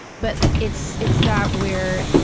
but it's it's that, where.